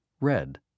red